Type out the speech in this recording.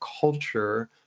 culture